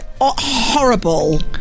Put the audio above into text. Horrible